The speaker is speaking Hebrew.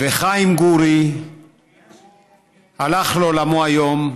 וחיים גורי הלך לעולמו היום,